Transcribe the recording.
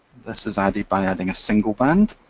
this is added by adding a single band,